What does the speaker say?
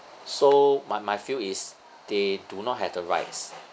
so my my feel is they do not have the rights